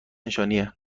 نشانیه